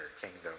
kingdom